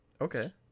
Okay